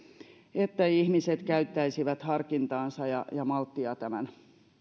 ihmiset käyttäisivät harkintaansa ja ja malttia tämän